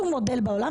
שום מודל בעולם,